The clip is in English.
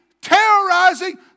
terrorizing